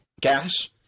gas